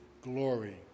glory